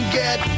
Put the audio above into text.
get